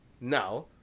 now